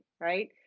right